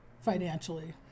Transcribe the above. financially